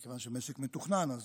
כיוון שזה משק מתוכנן אז